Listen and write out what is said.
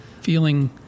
feeling